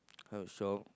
how to show